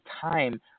time